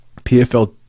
PFL